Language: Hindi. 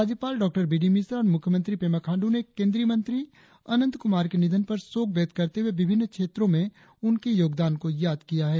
राज्यपाल डॉ बी डी मिश्रा और मुख्यमंत्री पेमा खांड्र ने केंद्रीय मंत्री अनंत कुमार के निधन पर शोक व्यक्त करते हुए विभिन्न क्षेत्रों में उनके योगदान को याद किया है